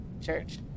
church